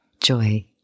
Joy